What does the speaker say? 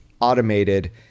automated